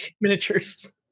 miniatures